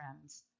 friends